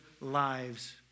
lives